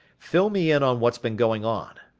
fill me in on what's been going on.